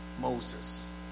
Moses